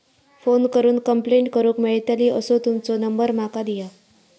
Phone करून complaint करूक मेलतली असो तुमचो नंबर माका दिया?